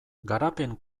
garapen